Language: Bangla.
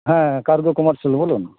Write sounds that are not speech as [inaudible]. হ্যাঁ [unintelligible] কুমার শীল বলুন